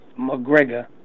McGregor